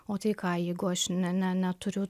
o tai ką jeigu aš ne ne neturiu